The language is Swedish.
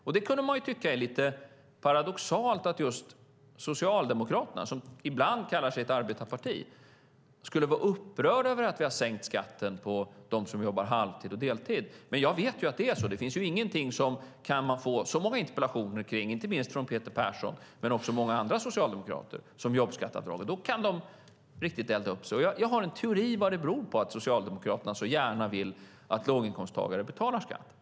Man kan tycka att det är lite paradoxalt att just Socialdemokraterna, som ibland kallar sig ett arbetarparti, är upprörda över att vi har sänkt skatten för dem som jobbar halvtid och deltid. Men jag vet att det är så. Det finns ingenting som man får så många interpellationer om, inte minst från Peter Persson men också från många andra socialdemokrater, som jobbskatteavdraget. Då kan de riktigt elda upp sig. Jag har en teori om vad det beror på att Socialdemokraterna så gärna vill att låginkomsttagare betalar skatt.